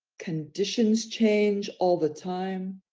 conditions change all the time.